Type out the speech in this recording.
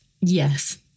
yes